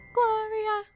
Gloria